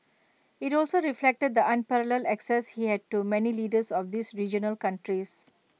IT also reflected the unparalleled access he had to many leaders of these regional countries